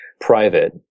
private